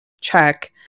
check